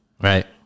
Right